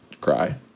cry